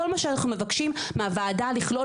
כל מה שאנחנו מבקשים מהוועדה הוא לכלול